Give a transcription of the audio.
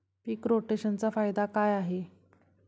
पीक रोटेशनचा फायदा काय आहे?